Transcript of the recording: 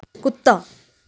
ਕੁੱਤਾ